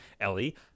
Ellie